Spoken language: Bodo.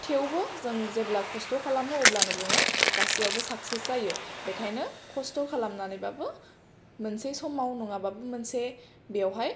थेवबो जों जेब्ला खस्थ' खालामो अब्लानो जोङो गासैयावबो साकसेस जायो बेखायनो खस्थ' खालामनानै बाबो मोनसे समाव नङाबाबो मोनसे बेयावहाय